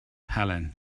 helen